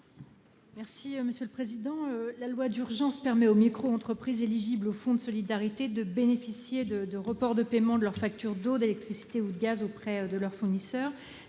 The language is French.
faire face à l'épidémie de Covid-19 permet aux microentreprises éligibles au fonds de solidarité de bénéficier de reports de paiement de leurs factures d'eau, d'électricité ou de gaz auprès de leurs fournisseurs.